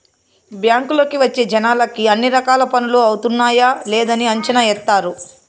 బ్యాంకుకి వచ్చే జనాలకి అన్ని రకాల పనులు అవుతున్నాయా లేదని అంచనా ఏత్తారు